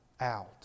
out